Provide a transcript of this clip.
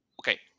okay